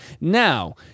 now